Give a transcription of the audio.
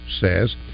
says